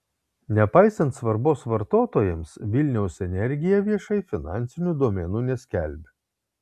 nepaisant svarbos vartotojams vilniaus energija viešai finansinių duomenų neskelbia